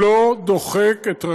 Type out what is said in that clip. אני מבקש לסכם את הנקודה השלישית.